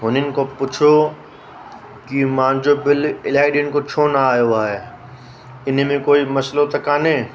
हुननि खो पुछो कि मुंहिंजो बिल इलाही ॾींहंनि खां छो न आयो आहे इन में कोई मसलो त काने